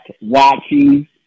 watching